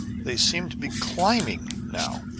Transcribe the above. they seemed to be climbing now,